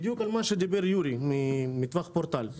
בדיוק על מה שדיבר יורי ממתווך פורטל,